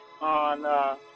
On